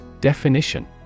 Definition